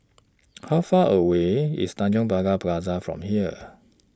How Far away IS Tanjong Pagar Plaza from here